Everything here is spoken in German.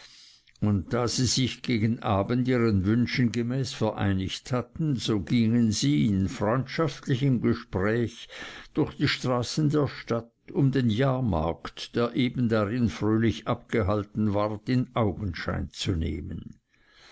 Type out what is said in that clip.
und da sie sich gegen abend ihren wünschen gemäß vereinigt hatten so gingen sie in freundschaftlichem gespräch durch die straßen der stadt um den jahrmarkt der eben darin fröhlich abgehalten ward in augenschein zu nehmen